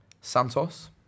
Santos